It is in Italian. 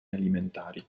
alimentari